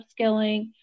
upskilling